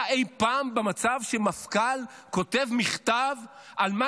היה אי-פעם מצב שבו מפכ"ל כותב מכתב על מה